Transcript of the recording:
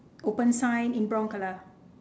open sign in brown colour